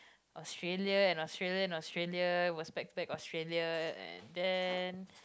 Australia and Australia and Australia it was back to back Australia and then